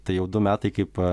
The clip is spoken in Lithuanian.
tai jau du metai kaip